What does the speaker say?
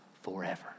forever